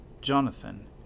Jonathan